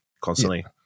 Constantly